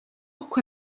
өгөх